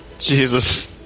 Jesus